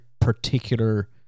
particular